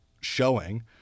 showing